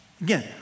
Again